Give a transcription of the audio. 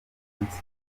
munsi